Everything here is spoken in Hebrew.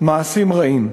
מעשים רעים,